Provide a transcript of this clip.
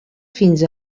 fins